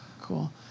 Cool